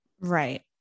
Right